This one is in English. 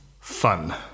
fun